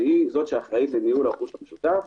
שהיא אחראית לניהול הרכוש המשותף,